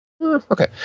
okay